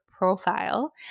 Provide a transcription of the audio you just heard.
profile